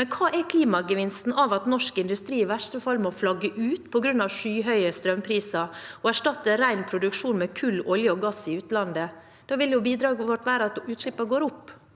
men hva er klimagevinsten av at norsk industri i verste fall må flagge ut på grunn av skyhøye strømpriser og erstatte ren produksjon med kull, olje og gass i utlandet? Da vil jo bidraget vårt være at utslippene går opp.